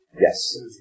Yes